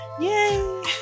Yay